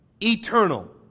eternal